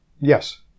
Yes